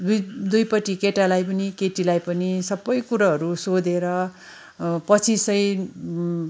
दुईपट्टि केटालाई पनि केटीलाई पनि सबै कुरोहरू सोधेर पछि चाहिँ